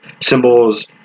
Symbols